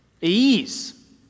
ease